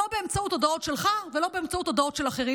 לא באמצעות הודעות שלך ולא באמצעות הודעות של אחרים,